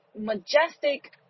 majestic